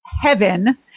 heaven